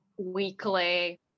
weekly